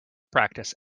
practice